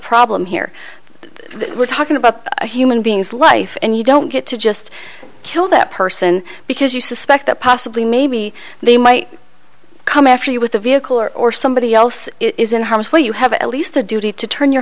problem here we're talking about a human being's life and you don't get to just kill that person because you suspect that possibly maybe they might come after you with a vehicle or or somebody else is in harm's way you have at least a duty to turn your